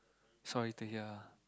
sorry to hear